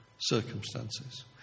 circumstances